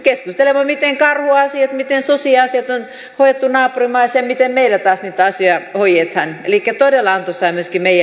keskustelemme miten karhuasiat miten susiasiat on hoidettu naapurimaissa ja miten meillä taas niitä asioita hoidetaan elikkä todella antoisaa myöskin meidän asioillemme